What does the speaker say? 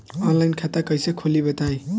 Online खाता कइसे खोली बताई?